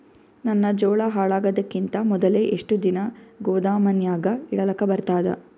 ನನ್ನ ಜೋಳಾ ಹಾಳಾಗದಕ್ಕಿಂತ ಮೊದಲೇ ಎಷ್ಟು ದಿನ ಗೊದಾಮನ್ಯಾಗ ಇಡಲಕ ಬರ್ತಾದ?